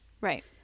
right